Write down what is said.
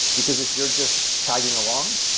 because if you're just tagging along,